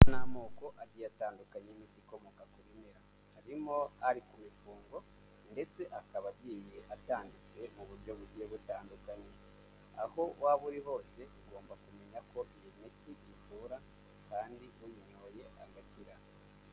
Ni amoko agiye atandukanye n'ibikomoka ku bimera; harimo ari ku ifunguro, ndetse akaba agiye atanditse mu buryo bugiye butandukanye. Aho waba uri hose ugomba kumenya ko iyo miti ivura, kandi uyinyweye agakira.